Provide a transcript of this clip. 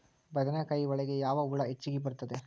ಬದನೆಕಾಯಿ ಒಳಗೆ ಯಾವ ಹುಳ ಹೆಚ್ಚಾಗಿ ಬರುತ್ತದೆ?